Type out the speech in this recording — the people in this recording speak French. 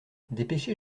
dépêchez